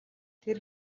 тэр